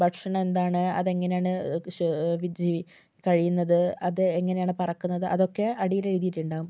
ഭക്ഷണം എന്താണ് അതെങ്ങനെയാണ് ജീവി കഴിയുന്നത് അത് എങ്ങനെയാണ് പറക്കുന്നത് അതൊക്കെ അടിയിലെഴുതിയിട്ടുണ്ടാകും